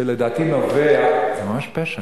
שלדעתי נובע, פשע, זה ממש פשע.